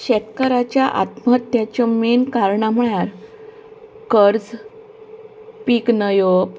शेतकारांच्या आत्महत्याच्यो मेन कारणां म्हळ्यार कर्ज पीक न येवप